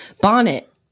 bonnet